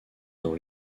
dans